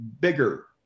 bigger